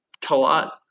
Talat